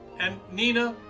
and nina,